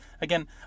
again